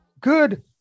good